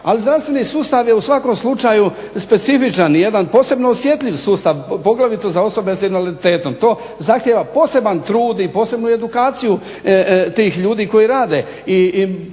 Ali zdravstveni sustav je u svakom slučaju specifičan i jedan posebno osjetljiv sustav, poglavito za osobe sa invaliditetom. To zahtijeva poseban trud i posebnu edukaciju tih ljudi koji rade.